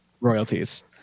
Royalties